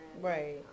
Right